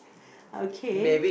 okay